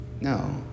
No